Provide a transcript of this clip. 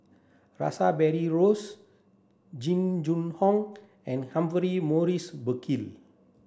Rash Behari Rose Jing Jun Hong and Humphrey Morrison Burkill